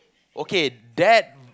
okay that